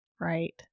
Right